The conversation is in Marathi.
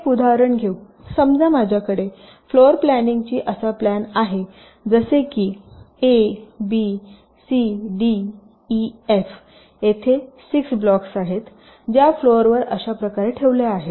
आपण एक उदाहरण घेऊ समजा माझ्याकडे फ्लोर प्लॅनिंग ची असा प्लॅन आहे जसे की A B C D E F येथे 6 ब्लॉक्स आहेत ज्या फ्लोर वर अशा प्रकारे ठेवल्या आहेत